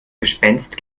gespenst